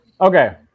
Okay